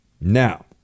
now